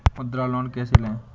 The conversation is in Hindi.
मुद्रा लोन कैसे ले?